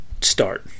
start